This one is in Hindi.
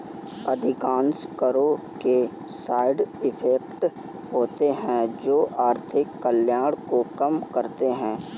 अधिकांश करों के साइड इफेक्ट होते हैं जो आर्थिक कल्याण को कम करते हैं